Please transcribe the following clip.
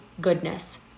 goodness